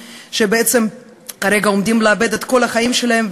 שבעצם עומדים כרגע לאבד את כל החיים שלהם.